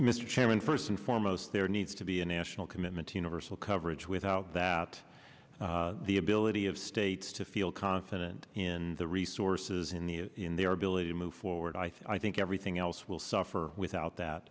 mr chairman first and foremost there needs to be a national commitment to universal coverage without that the ability of states it's to feel confident in the resources in the in their ability to move forward i think everything else will suffer without that